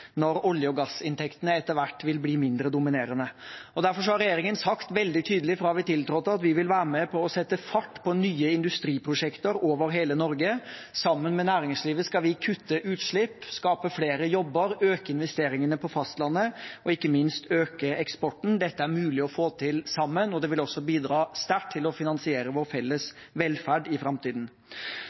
når olje- og gassinntektene etter hvert vil bli mindre dominerende. Derfor har regjeringen sagt veldig tydelig, fra vi tiltrådte, at vi vil være med på å sette fart på nye industriprosjekter i hele Norge. Sammen med næringslivet skal vi kutte utslipp, skape flere jobber, øke investeringene på fastlandet og ikke minst øke eksporten. Dette er mulig å få til sammen, og det vil også bidra sterkt til å finansiere vår felles velferd i framtiden.